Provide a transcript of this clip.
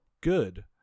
good